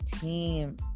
team